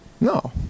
No